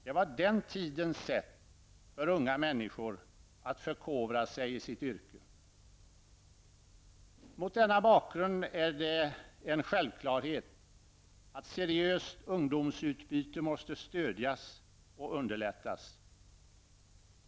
Det var den tidens sätt för unga människor att förkovra sig i sitt yrke. Mot denna bakgrund är det en självklarhet att seriöst ungdomsutbyte måste stödjas och underlättas.